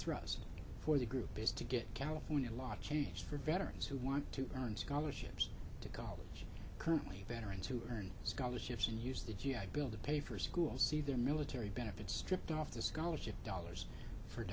thrust for the group is to get california law changed for veterans who want to learn scholarships to college currently veteran to earn scholarships and use the g i bill to pay for school see their military benefits stripped off the scholarship dollars for